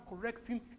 correcting